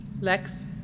Lex